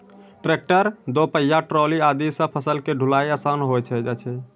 tractor, दो पहिया trolley आदि सॅ फसल के ढुलाई आसान होय जाय छै